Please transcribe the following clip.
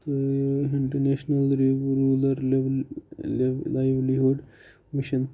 international rural labour livelihood mission